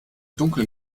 dunkeln